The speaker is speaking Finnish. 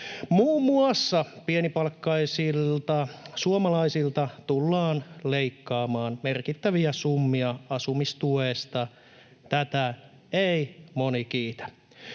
Muun muassa pienipalkkaisilta suomalaisilta tullaan leikkaamaan merkittäviä summia asumistuesta, tästä ei moni kiitä.